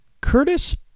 Curtis